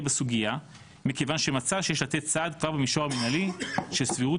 בסוגייה מכיוון שמצא שיש לתת סעד כבר במישור המינהלי של סבירות